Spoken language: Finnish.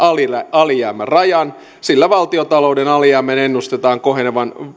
alijäämärajan sillä valtiontalouden alijäämän ennustetaan kohenevan